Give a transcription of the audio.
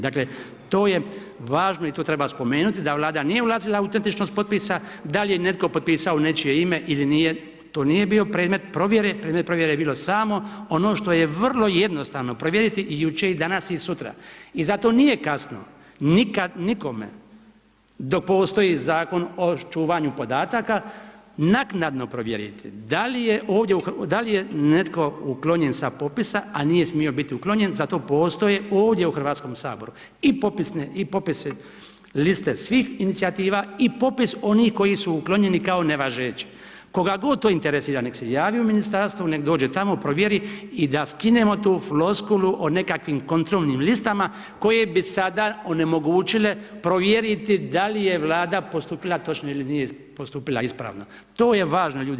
Dakle, to je važno i to treba spomenuti da Vlada nije ulazila u autentičnost potpisa, da li je netko potpisao u nečije ime ili nije to nije bio predmet provjere, predmet provjere je bilo samo ono što je vrlo jednostavno provjeriti i jučer i danas i sutra i za to nije kasno nikad nikome, dok postoji Zakon o čuvanju podataka naknadno provjeriti da li je ovdje u, da li je netko uklonjen sa popisa a nije smio uklonjen zato postoje ovdje u Hrvatskom saboru i popisne i popise liste svih inicijativa i popis onih koji su uklonjeni kao nevažeći, koga god to interesira nek se javi u ministarstvo nek dođe tamo provjeri i da skinemo tu floskulu o nekakvim kontrolnim listama koje bi sada onemogućile provjeriti da li je Vlada postupila točno ili nije postupila ispravno, to je važno ljudi.